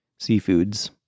seafoods